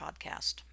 podcast